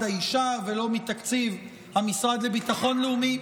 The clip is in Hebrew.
האישה ולא מתקציב המשרד לביטחון לאומי.